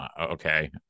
okay